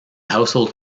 household